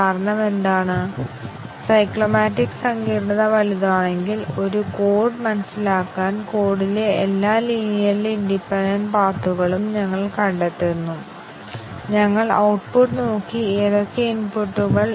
കൂടാതെ ഓരോ പ്രോഗ്രാമിലും മൂന്ന് തരം സ്റ്റേറ്റ്മെൻറ് അടങ്ങിയിരിക്കുന്നുവെന്ന് മനസ്സിലാക്കുന്നതിനെ അടിസ്ഥാനമാക്കിയുള്ളതാണ് സ്റ്റേറ്റ്മെൻറ്റുകളുടെ ക്രമം തിരഞ്ഞെടുക്കൽ ഐറ്റെറേഷൻ തരം